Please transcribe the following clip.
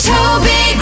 Toby